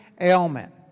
ailment